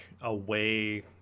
away